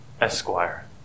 Esquire